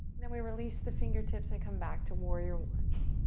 then we release the fingertips and come back to warrior one.